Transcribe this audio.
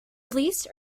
released